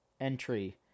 entry